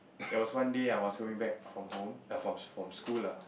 there was one day I was going back from home uh from from school lah